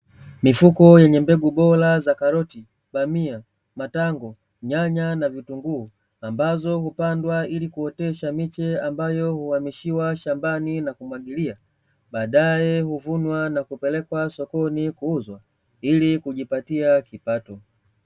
Mifuko yenye mbegu bora za karoti, bamia, matango, nyanya na vitunguu ambazo hupandwa ili kuotesha miche ambayo huhamishiwa shambani na kumwagilia, baadaye huvunwa na kupelekwa sokoni kuuzwa, ili kujipatia kipato.